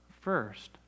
first